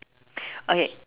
okay